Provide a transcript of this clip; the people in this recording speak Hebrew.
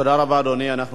תודה רבה, אדוני.